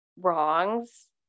wrongs